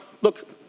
Look